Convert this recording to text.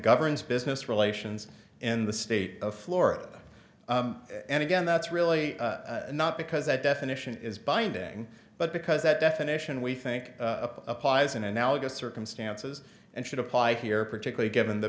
governs business relations in the state of florida and again that's really not because that definition is binding but because that definition we think applies in analogous circumstances and should apply here particularly given the